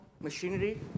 machinery